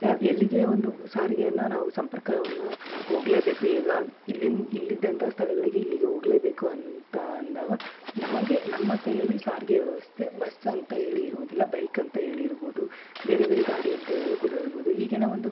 ಯ ಎಲ್ಲಿಗೆ ಒಂದು ಸಾರಿಗೆಯನ್ನು ನಾವು ಸಂಪರ್ಕವನ್ನು ಹೋಗ್ಲೇಬೇಕು ಈಗ ಇಲ್ಲಿನ ಇಲ್ಲಿದ್ದಂಥ ಸ್ಥಳಗಳಿಗೆ ಇಲ್ಲಿಗೆ ಹೋಗ್ಲೇಬೇಕು ಅಂತ ಅಂದಾಗ ನಮಗೆ ನಮ್ಮ ಕೈಯಲ್ಲಿ ಸಾರಿಗೆ ವ್ಯವಸ್ಥೆ ಬಸ್ ಅಂತ ಹೇಳಿ ಇರುವುದಿಲ್ಲ ಬೈಕ್ ಅಂತ ಹೇಳಿ ಇರುವುದು ಬೇರೆ ಬೇರೆ ಗಾಡಿ ಅಂತ ಹೇಳು ಕೂಡ ಇರುವುದು ಈಗಿನ ಒಂದು